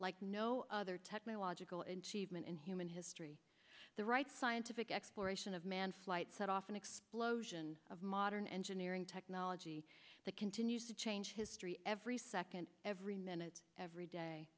like no other technological edge even in human history the right scientific exploration of man flight set off an explosion of modern engineering technology that continues to change history every second every minute every day